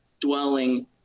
dwelling